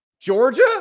georgia